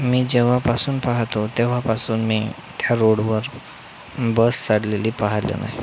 मी जेव्हापासून पाहातो तेव्हापासून मी त्या रोडवर बस चाललेली पाहिली नाही